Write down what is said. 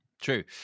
True